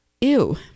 Ew